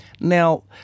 Now